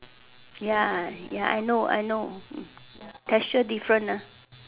ya ya I know I know there is such different